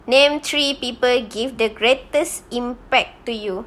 name three people give the greatest impact to you